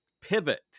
Pivot